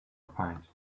opined